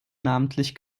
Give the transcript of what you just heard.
namentlich